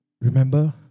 Remember